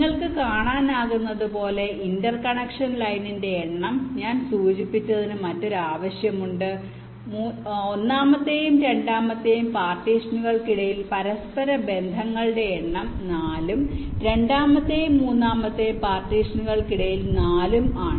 നിങ്ങൾക്ക് കാണാനാകുന്നതുപോലെ ഇന്റർകണക്ഷൻ ലൈനിന്റെ എണ്ണം ഞാൻ സൂചിപ്പിച്ചതിനു മറ്റൊരു ആവശ്യമുണ്ട് ന്നാമത്തെയും രണ്ടാമത്തെയും പാർട്ടീഷനുകൾക്കിടയിൽ പരസ്പരബന്ധങ്ങളുടെ എണ്ണം 4 ഉം രണ്ടാമത്തെയും മൂന്നാമത്തെയും പാർട്ടീഷനുകൾക്കിടയിൽ 4 ഉം ആണ്